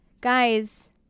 guys